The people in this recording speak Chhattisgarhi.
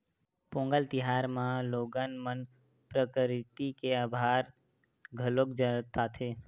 पोंगल तिहार म लोगन मन प्रकरिति के अभार घलोक जताथे